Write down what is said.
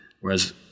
whereas